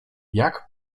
jak